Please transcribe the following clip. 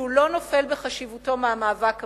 שלא נופל בחשיבותו מהמאבק המדיני,